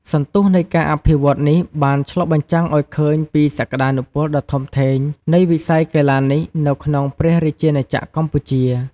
សន្ទុះនៃការអភិវឌ្ឍន៍នេះបានឆ្លុះបញ្ចាំងឱ្យឃើញពីសក្ដានុពលដ៏ធំធេងនៃវិស័យកីឡានេះនៅក្នុងព្រះរាជាណាចក្រកម្ពុជា។